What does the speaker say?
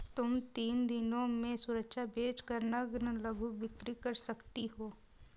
तुम तीन दिनों में सुरक्षा बेच कर नग्न लघु बिक्री कर सकती हो